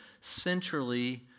centrally